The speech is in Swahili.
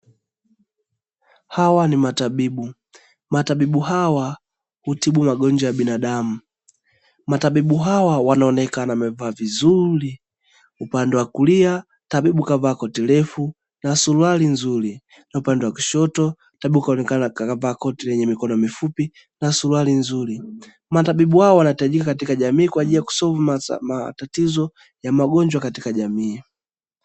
Hawa ni matabibu, matabibu hawa hutibu magonjwa ya binadamu, matabibu hawa wanaonekana wamevaa vizuri, upande wa kulia tabibu kavaa koti refu na suruali nzuri, na upande wa kushoto tabibu kaonekana kavaa koti lenye mikono mifupi na suruali nzuri, matabibu hawa wanahitajika katika jamii kwa ajili ya kusovu matatizo ya magonjwa katika jamii.